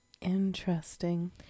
Interesting